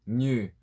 new